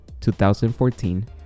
2014